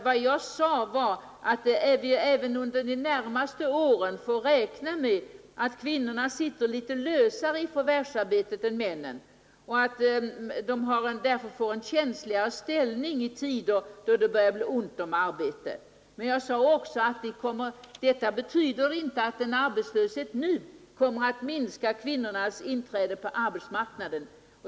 Vad jag sade var att vi även under de närmaste åren får räkna med att kvinnorna sitter litet lösare än männen i förvärvsarbetet och att de därför får en känsligare ställning i tider då det blir ont om arbete, Men jag sade också att detta betyder inte att en arbetslöshet nu kommer att minska kvinnornas inträde på arbetsmarknaden.